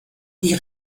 die